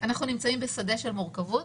אנחנו נמצאים בשדה של מורכבות.